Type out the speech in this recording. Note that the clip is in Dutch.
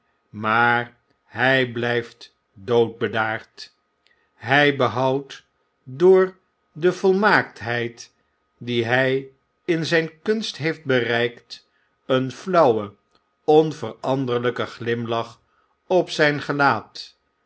maar hy blyft dood bedaard hy behoudt door de volmaaktheid die hy in zyn kunst heeft bereikt een flauwen onveranderlyken glimlach op zfln gelaat